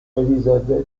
elisabeth